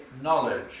knowledge